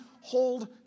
hold